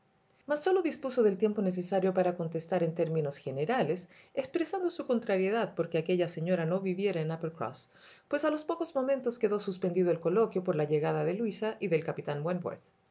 sólo dispuso del tiempo necesario para contestar en términos generales expresando su contrariedad porque aquella señora no viviera en uppercross pues a los pocos momentos quedó suspendido el coloquio por la llegada de luisa y del capitán